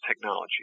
technology